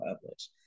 publish